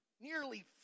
nearly